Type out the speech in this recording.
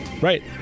Right